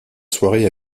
soirée